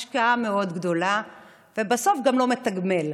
השקעה מאוד גדולה ובסוף זה גם לא מתגמל.